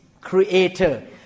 creator